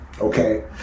okay